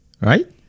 right